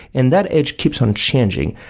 and that edge keeps on changing.